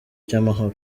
cy’amahoro